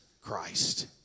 Christ